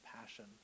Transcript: passion